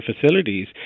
facilities